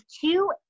two